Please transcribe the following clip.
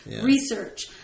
Research